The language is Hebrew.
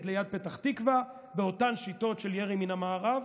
ליד פתח תקווה באותן שיטות של ירי מן המארב